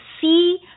see